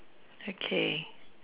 okay